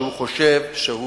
שהיא חושבת שהוא